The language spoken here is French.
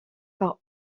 par